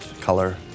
color